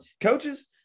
coaches